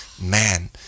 man